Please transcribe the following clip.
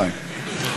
חיים.